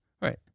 Right